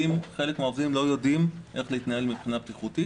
חלק מן העובדים לא יודעים איך להתנהל מבחינת בטיחות.